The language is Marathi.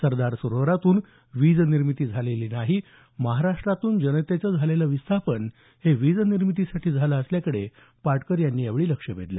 सरदार सरोवरातून वीज निर्मिती झालीच नाही महाराष्ट्रातून जनतेचं विस्थापन हे वीजनिर्मितीसाठीच झालं असल्याकडे पाटकर यांनी लक्ष वेधलं